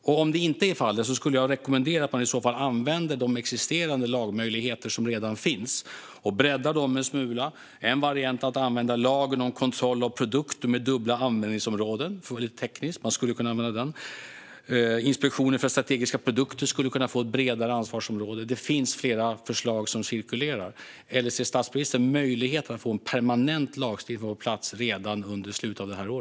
Om så inte är fallet skulle jag rekommendera att man använder de existerande lagmöjligheter som finns och breddar dessa en smula. En variant är att använda lagen om kontroll av produkter med dubbla användningsområden och av tekniskt bistånd. Inspektionen för strategiska produkter skulle kunna få ett bredare ansvarsområde. Det finns flera förslag som cirkulerar. Ser statsministern någon möjlighet att få en permanent lagstiftning på plats redan i slutet av detta år?